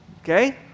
Okay